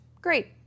Great